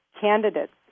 candidates